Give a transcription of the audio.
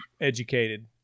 educated